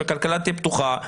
שהכלכלה תהיה פתוחה,